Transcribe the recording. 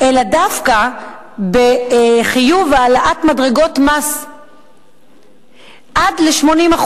אלא דווקא בחיוב העלאת מדרגות מס עד ל-80%.